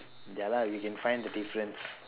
ya lah we can find the difference